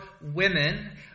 women